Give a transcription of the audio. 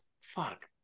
fuck